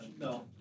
No